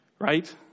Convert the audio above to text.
Right